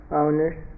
owners